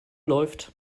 läuft